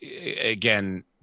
again